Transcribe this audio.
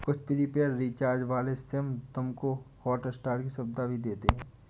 कुछ prepaid recharge वाले SIM तुमको हॉटस्टार की सुविधा भी देते हैं